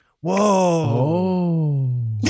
Whoa